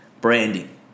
Branding